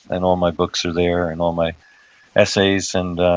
and all my books are there and all my essays. and